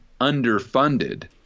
underfunded